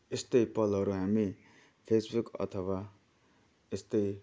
यस्तै पलहरू हामी फेसबुक अथवा यस्तै